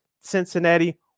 Cincinnati